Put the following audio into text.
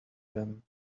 them